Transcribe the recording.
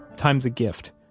time's a gift.